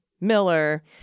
Miller—